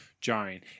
jarring